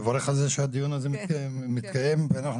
אני מברך על זה שהדיון הזה מתקיים ואנחנו